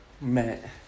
met